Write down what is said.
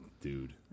Dude